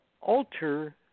alter